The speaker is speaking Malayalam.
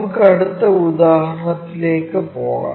നമുക്ക് അടുത്ത ഉദാഹരണത്തിലേക്ക് പോകാം